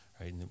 Right